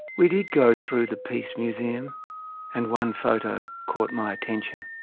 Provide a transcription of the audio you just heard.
we did go through the peace museum and one photo caught my attention.